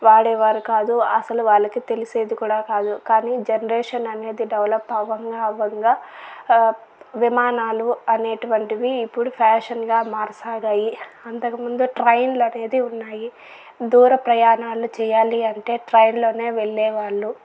వాడేవారు కాదు అస్సలు వాళ్ళకి తెలిసేది కూడా కాదు కానీ జెనరేషన్ అనేది డెవలప్ అవ్వంగా అవ్వంగా విమానాలు అనేటువంటివి ఇప్పుడు ఫ్యాషన్ గా మరసాగాయి అంతకు ముందు ట్రైన్లు అనేది ఉన్నాయి దూర ప్రయాణాలు చెయ్యాలంటే ట్రైన్ లోనే వెళ్ళేవాళ్ళు